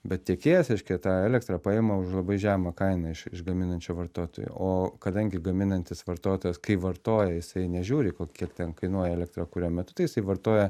bet tiekėjas reiškia tą elektrą paima už labai žemą kainą iš iš gaminančio vartotojo o kadangi gaminantis vartotojas kai vartoja jisai nežiūri po kiek ten kainuoja elektra kurio metu tai jisai vartoja